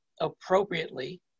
appropriately